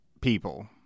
people